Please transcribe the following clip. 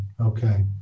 Okay